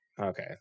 Okay